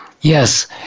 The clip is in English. Yes